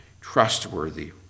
trustworthy